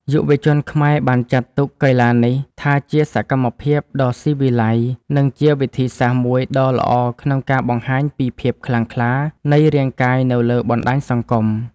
យុវជនខ្មែរបានចាត់ទុកកីឡានេះថាជាសកម្មភាពដ៏ស៊ីវិល័យ និងជាវិធីសាស្ត្រមួយដ៏ល្អក្នុងការបង្ហាញពីភាពខ្លាំងក្លានៃរាងកាយនៅលើបណ្ដាញសង្គម។